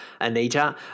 Anita